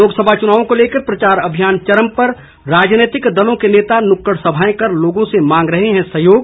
लोकसभा चुनाव को लेकर प्रचार अभियान चरम पर राजनैतिक दलों के नेता नुक्कड़ सभाएं कर लोगों से मांग रहे हैं सहयोग